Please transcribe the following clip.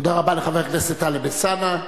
תודה רבה לחבר הכנסת טלב אלסאנע.